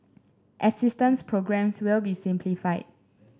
assistance programmes will be simplified